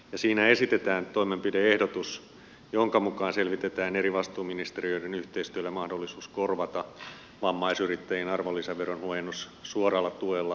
siinä esitetään toimenpide ehdotus jonka mukaan selvitetään eri vastuuministeriöiden yhteistyöllä mahdollisuus korvata vammaisyrittäjien arvonlisäveron huojennus suoralla tuella vammaisyrittäjille